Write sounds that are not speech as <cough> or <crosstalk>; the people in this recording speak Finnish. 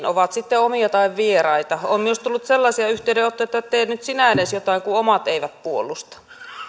<unintelligible> ovat sitten omia tai vieraita on myös tullut sellaisia yhteydenottoja että tee nyt sinä edes jotain kun omat eivät puolusta